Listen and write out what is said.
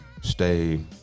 stay